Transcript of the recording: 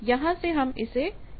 यहां से हम इसे पता कर सकते हैं